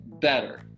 better